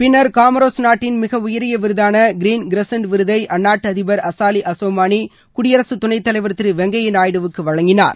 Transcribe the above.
பின்னர் காமோரோஸ் நாட்டின் மிக உயரிய விருதான கிரீன் கிரஸெண்ட் விருதை அந்நாட்டு அதிபர் அசாலி அசவ்மானி குடியரசுத் துணைத் தலைவர் திரு வெங்கையா நாயுடுவுக்கு வழங்கினார்